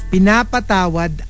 Pinapatawad